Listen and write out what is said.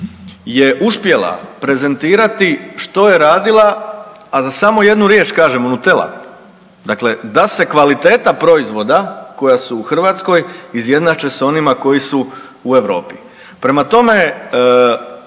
je uspjela prezentirati što je radila, a da samo jednu riječ kažemo Nutella, dakle da se kvaliteta proizvoda koja su u Hrvatskoj izjednače s onima koji su u Europi. Prema tome,